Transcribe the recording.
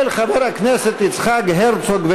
של חבר הכנסת יצחק הרצוג.